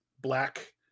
black